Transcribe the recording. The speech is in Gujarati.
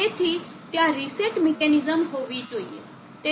તેથી ત્યાં રીસેટ મિકેનિઝમ હોવી જોઈએ